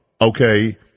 okay